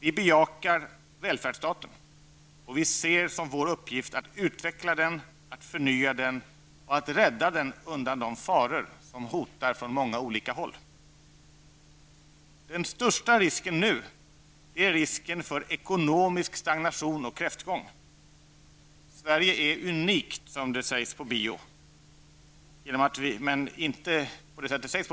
Vi bejakar välfärdsstaten, och vi ser som vår uppgift att utveckla den, att förnya den och att rädda den undan de faror som hotar från många olika håll. Den största risken nu är risken för ekonomisk stagnation och kräftgång. Sverige är unikt, som det sägs på bio, men inte på det sätt som det sägs på bio.